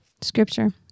Scripture